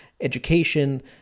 education